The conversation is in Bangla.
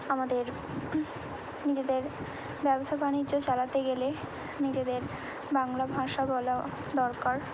আমাদের নিজেদের ব্যবসা বাণিজ্য চালাতে গেলে নিজেদের বাংলা ভাষা বলা দরকার